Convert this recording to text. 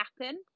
happen